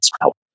help